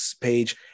page